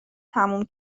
تمام